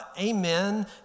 Amen